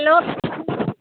hello